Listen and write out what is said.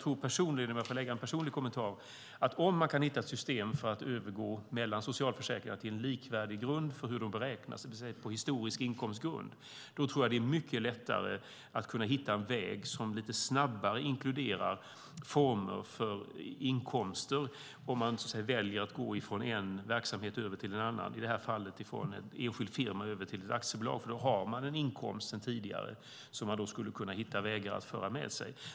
Om jag får lämna en personlig kommentar tror jag att om vi kan hitta ett system för att mellan socialförsäkringar övergå till en likvärdig grund för hur de beräknas, det vill säga på historisk inkomstgrund, är det mycket lättare att hitta en väg som lite snabbare inkluderar former för inkomster. Det handlar om ifall man väljer att gå från en verksamhet över till en annan, i detta fall från en enskild firma över till ett aktiebolag. Då har man nämligen en inkomst sedan tidigare som vi skulle kunna hitta vägar att föra med sig.